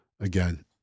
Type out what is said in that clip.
Again